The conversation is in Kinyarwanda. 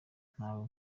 ntawe